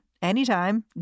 Anytime